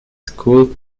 school